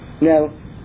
Now